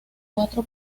cuatro